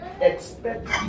expect